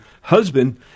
husband